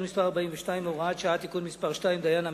מס' 42 והוראת שעה) (תיקון מס' 2) (דיין עמית),